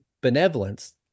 benevolence